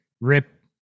rip